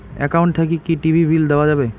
Account থাকি কি TV bill দেওয়া যাবে?